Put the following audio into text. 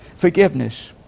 forgiveness